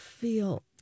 Feel